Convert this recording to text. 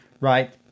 right